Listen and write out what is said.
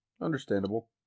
Understandable